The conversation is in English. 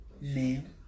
name